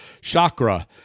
Chakra